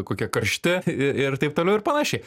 kokie karšti ir taip toliau ir panašiai